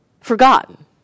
forgotten